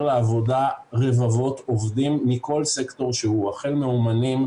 לעבודה רבבות עובדים מכל סקטור שהוא החל מאומנים,